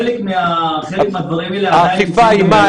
חלק מהדברים האלה עדיין נמצאים בהליכים משפטיים.